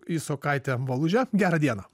isokaite valuže gerą dieną